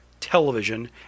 television